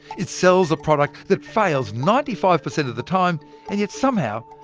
it sells a product that fails ninety five percent of the time and yet, somehow,